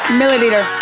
milliliter